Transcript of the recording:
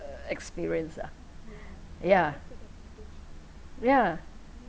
ugh experience lah yeah yeah